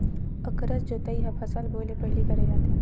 अकरस जोतई ह फसल बोए ले पहिली करे जाथे